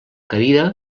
cadira